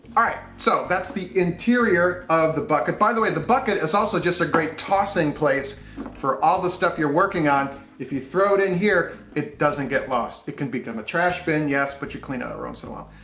alright, so that's the interior of the bucket. by the way, the bucket is also just a great tossing place for all the stuff you're working on. if you throw it in here, it doesn't get lost. it can become a trash bin, yes but you clean it out every so um